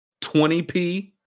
20p